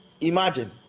imagine